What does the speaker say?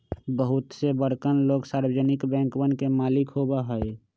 बहुते से बड़कन लोग सार्वजनिक बैंकवन के मालिक होबा हई